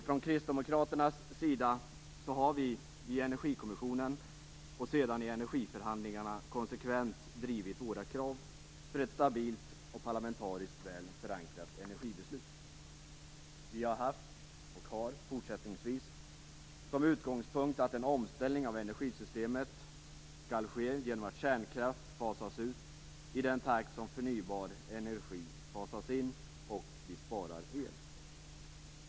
Från Kristdemokraternas sida har vi i Energikommissionen, och sedan i energiförhandlingarna, konsekvent drivit våra krav om ett stabilt och parlamentariskt väl förankrat energibeslut. Vi har haft, och har fortsättningsvis, som utgångspunkt att en omställning av energisystemet skall ske genom att kärnkraft fasas ut i den takt som förnybar energi fasas in och vi sparar el.